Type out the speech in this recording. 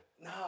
No